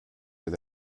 were